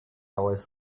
always